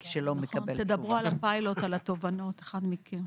תדברו על הפיילוט, על התובנות, אחד מכם.